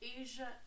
Asia